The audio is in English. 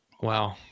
Wow